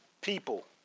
people